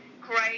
great